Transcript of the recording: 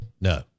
no